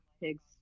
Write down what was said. pigs